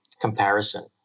comparison